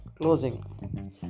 closing